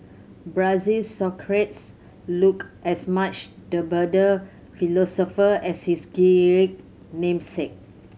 Brazil Socrates looked as much the bearded philosopher as his namesake